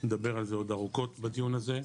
ונדבר על זה עוד ארוכות בדיון הזה,